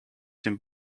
dem